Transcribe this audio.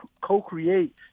co-create